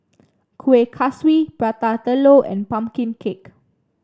Kuih Kaswi Prata Telur and pumpkin cake